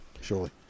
surely